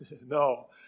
No